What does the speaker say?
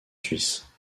suisse